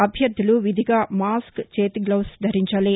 అభ్యర్థలు విధిగా మాస్క్ చేతి గ్లవ్స్ ధరించాలి